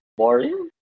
boring